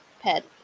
pet